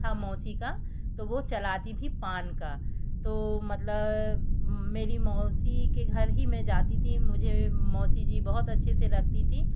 था मौसी का तो वो चलाती थी पान का तो मतलब मेरी मौसी के घर ही मैं जाती थी मुझे मौसी जी बहुत अच्छे से रखती थी